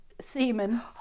semen